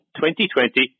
2020